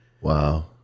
wow